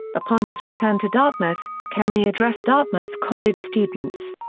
upon his return to dartmouth, kemeny addressed dartmouth college students.